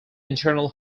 internal